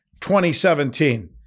2017